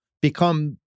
become